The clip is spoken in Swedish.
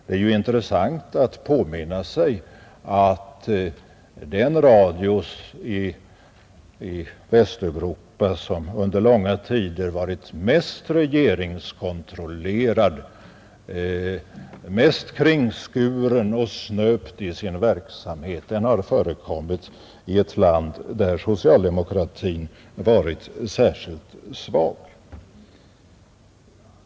Det är intressant att påminna sig att den radio i Västeuropa, som under långa tider varit mest regeringskontrollerad, mest kringskuren och snöpt i sin verksamhet, har förekommit i ett land där socialdemokratin varit särskilt svag.